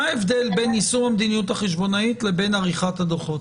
מה ההבדל בין יישום המדיניות החשבונאית לבין עריכת הדוחות?